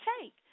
take